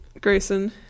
Grayson